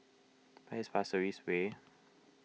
where is Pasir Ris Way